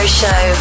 show